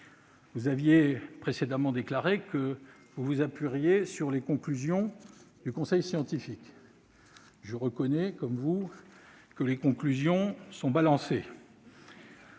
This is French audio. Vous aviez précédemment déclaré que vous vous appuieriez sur les conclusions du conseil scientifique. Je reconnais, comme vous, que celles-ci sont « balancées